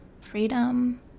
freedom